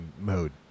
mode